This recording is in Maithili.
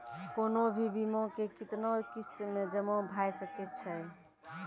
कोनो भी बीमा के कितना किस्त मे जमा भाय सके छै?